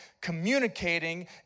communicating